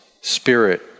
spirit